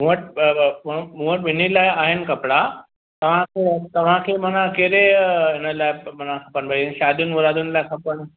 मूं वटि ॿ ॿ ॿिन्हीं लाइ आहिनि कपिड़ा तव्हांखे तव्हांखे माना कहिड़े इन लाइ माना भई शादियुनि मुरादियुनि लाइ खपनि